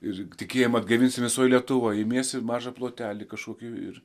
ir tikėjimą atgaivins visoje lietuvoje žemės mažą plotelį kažkokį ir